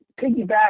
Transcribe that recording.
piggyback